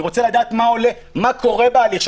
אני רוצה לדעת מה קורה בהליך,